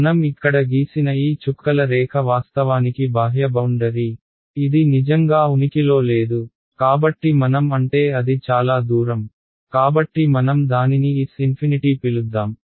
మనం ఇక్కడ గీసిన ఈ చుక్కల రేఖ వాస్తవానికి బాహ్య బౌండరీ ఇది నిజంగా ఉనికిలో లేదు కాబట్టి మనం అంటే అది చాలా దూరం కాబట్టి మనం దానిని S∞ పిలుద్దాం